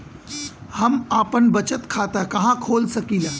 हम आपन बचत खाता कहा खोल सकीला?